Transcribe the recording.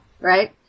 right